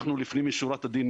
לפנים משורת הדין,